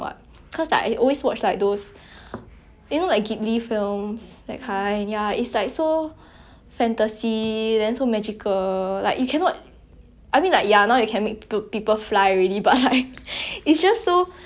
so fantasy then so magical like you cannot I mean like ya now you can make people fly already but it's just so like the way they execute the effects it's like so nice then I think it's like very calming also